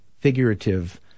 Figurative